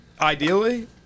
ideally